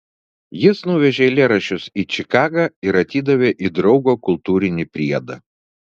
jis nuvežė eilėraščius į čikagą ir atidavė į draugo kultūrinį priedą